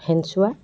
Senchowa